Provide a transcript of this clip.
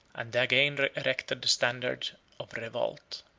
and again erected the standard of revolt.